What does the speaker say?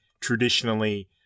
traditionally